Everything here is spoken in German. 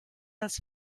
als